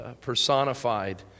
personified